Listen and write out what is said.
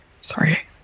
Sorry